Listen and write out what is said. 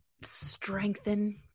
strengthen